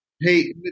Hey